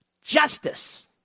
justice